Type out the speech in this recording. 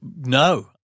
No